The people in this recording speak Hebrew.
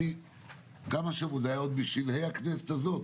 זה היה עוד בשלהי הכנסת הזו,